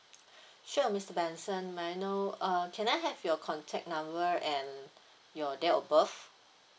sure mister benson may I know err can I have your contact number and your date of birth